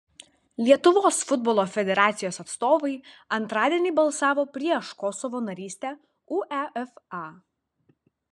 lietuvos futbolo federacijos atstovai antradienį balsavo prieš kosovo narystę uefa